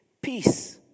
peace